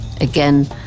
Again